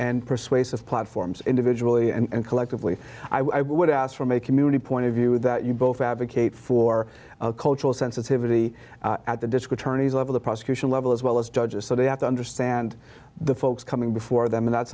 and persuasive platforms individually and collectively i would ask from a community point of view that you both advocate for cultural sensitivity at the disco tourney's level the prosecution level as well as judges so they have to understand the folks coming before them and that's